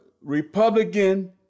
Republican